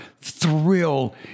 thrill